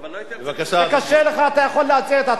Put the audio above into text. אם זה קשה לך אתה יכול לצאת,